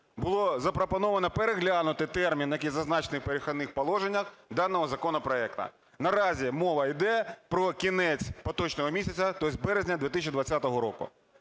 було запропоновано переглянути термін, який зазначений в перехідних положеннях даного законопроекту. Наразі мова йде про кінець поточного місяця, тобто березень 2020 року.